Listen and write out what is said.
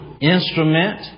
instrument